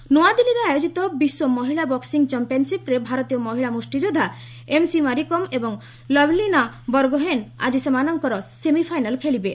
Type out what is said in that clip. boxing ନ୍ତଆଦିଲ୍ଲୀରେ ଆୟୋଜିତ ବିଶ୍ୱ ମହିଳା ବକ୍କି ଚାମ୍ପିୟନ୍ସିପ୍ରେ ଭାରତୀୟ ମହିଳା ମ୍ରଷ୍ଠିଯୋଦ୍ଧା ଏମ୍ସି ମାରିକମ୍ ଏବଂ ଲୋଭଲିନା ବର୍ଗୋହେନ୍ ଆଜି ସେମାନଙ୍କର ସେମିଫାଇନାଲ୍ ଖେଳିବେ